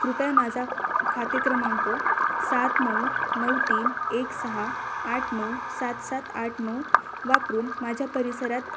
कृपया माझा खाते क्रमांक सात नऊ नऊ तीन एक सहा आठ नऊ सात सात आठ नऊ वापरून माझ्या परिसरात